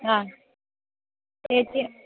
ആ ചേച്ചി